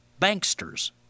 banksters